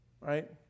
Right